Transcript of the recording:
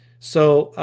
so,